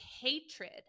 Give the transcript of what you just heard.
hatred